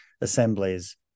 assemblies